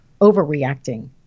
overreacting